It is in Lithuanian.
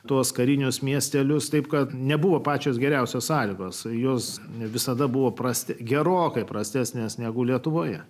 tuos karinius miestelius taip kad nebuvo pačios geriausios sąlygos jos ne visada buvo prasti gerokai prastesnės negu lietuvoje